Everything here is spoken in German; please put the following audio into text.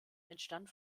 entstand